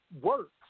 works